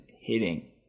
hitting